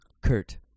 Kurt